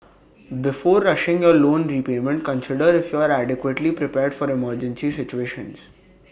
before rushing your loan repayment consider if you are adequately prepared for emergency situations